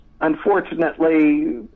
Unfortunately